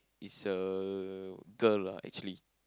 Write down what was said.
it's a girl lah actually